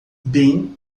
bem